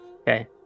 Okay